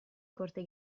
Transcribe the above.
corte